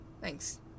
Thanks